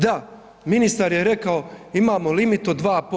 Da, ministar je rekao, imamo limit od 2%